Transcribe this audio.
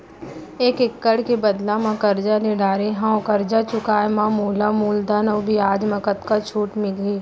एक एक्कड़ के बदला म करजा ले डारे हव, करजा चुकाए म मोला मूलधन अऊ बियाज म कतका छूट मिलही?